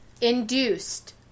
induced